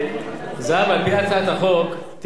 על-פי הצעת החוק תיאסר כל התקשרות עם